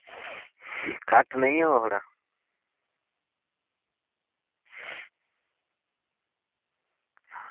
घट्ट नेईं होग थोह्ड़ा